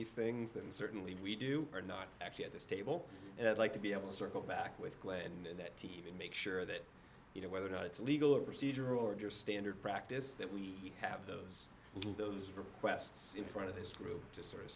these things than certainly we do are not actually at this table and i'd like to be able to circle back with glenn that to even make sure that you know whether or not it's legal or procedure or just standard practice that we have those little those requests in front of this group to sort of